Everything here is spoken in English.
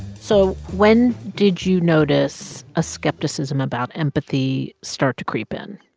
so when did you notice a skepticism about empathy start to creep in?